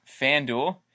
FanDuel